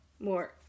more